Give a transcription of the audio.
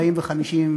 40 ו-50,